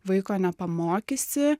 vaiko nepamokysi